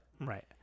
Right